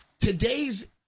today's